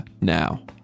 now